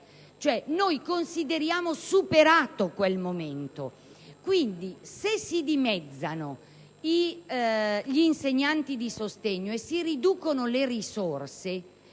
Noi consideriamo superato quel momento; quindi, se si dimezzano gli insegnanti di sostegno e si riducono le risorse,